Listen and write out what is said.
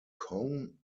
kong